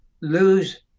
lose